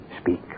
Speak